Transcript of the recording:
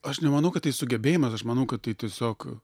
aš nemanau kad tai sugebėjimas aš manau kad tai tiesiog